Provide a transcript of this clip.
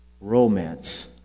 Romance